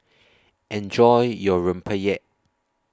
Enjoy your Rempeyek